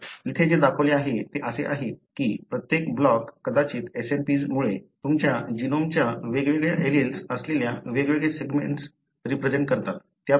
तर येथे जे दाखवले आहे ते असे आहे की प्रत्येक ब्लॉक कदाचित SNPs मुळे तुमच्या जीनोमच्या वेगवेगळ्या एलील्स असलेल्या वेगवेगळे सेगमेंट रिप्रेझेन्ट करतात